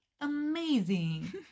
amazing